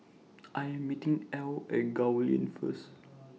I Am meeting Ell At Gul Lane First